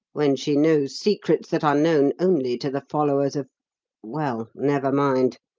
when she knows secrets that are known only to the followers of well, never mind.